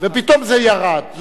ופתאום זה ירד.